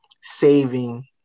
saving